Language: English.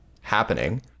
happening